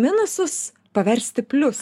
minusus paversti plius